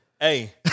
Hey